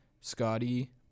Scotty